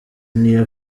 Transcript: niyo